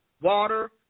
water